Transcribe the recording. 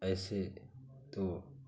ऐसे तो